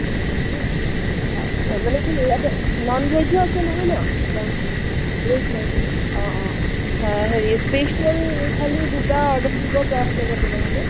ন মই মানে কি ইয়াতে নন ভেজো আছে নহয় ন নন ভেজ নন ভেজ অঁ অঁ হেৰি স্পেচিয়েল থালি দুটা অৰ্ডাৰ দিবপৰা যাব তেনেহ'লে